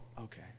okay